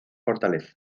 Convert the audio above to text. fortaleza